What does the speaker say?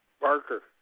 Barker